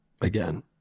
Again